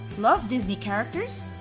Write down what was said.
love disney characters?